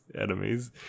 enemies